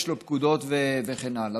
יש לו פקודות וכן הלאה.